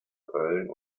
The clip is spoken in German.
köln